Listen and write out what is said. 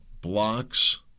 blocks